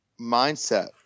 mindset